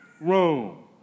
Rome